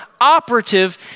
operative